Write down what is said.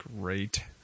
Great